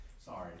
Sorry